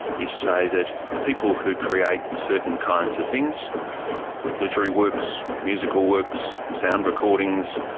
is say that people who create certain kinds of things literary works, musical works, sound recordings,